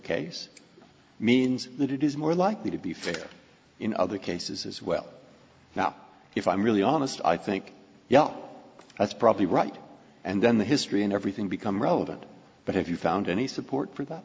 case means that it is more likely to be fair in other cases as well now if i'm really honest i think yeah that's probably right and then the history and everything become relevant but if you found any support for that